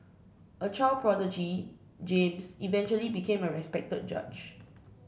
a child prodigy James eventually became a respected judge